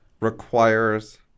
requires